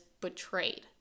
betrayed